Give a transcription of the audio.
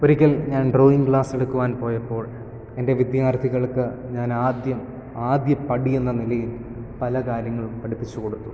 ഒരിക്കൽ ഞാൻ drawing class എടുക്കുവാൻ പോയപ്പോൾ എൻ്റെ വിദ്യാർത്ഥികൾക്ക് ഞാൻ ആദ്യം ആദ്യ പടി എന്ന നിലയിൽ പല കാര്യങ്ങളും പഠിപ്പിച്ച് കൊടുത്തു